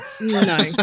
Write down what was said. no